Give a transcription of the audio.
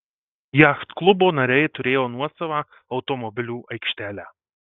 jachtklubo nariai turėjo nuosavą automobilių aikštelę